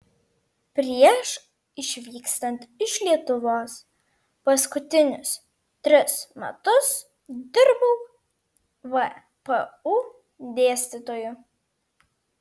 prieš išvykstant iš lietuvos paskutinius tris metus dirbau vpu dėstytoju